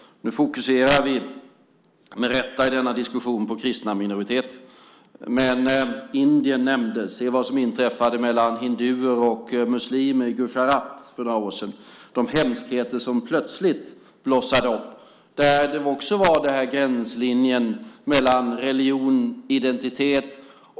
I denna diskussion fokuserar vi med rätta på kristna minoriteter, men Indien nämndes på grund av det som inträffade mellan hinduer och muslimer i Gujarat för några år sedan. De hemskheter som plötsligt blossade upp där gällde också gränslinjen mellan religion och identitet.